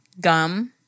Gum